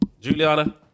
Juliana